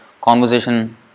conversation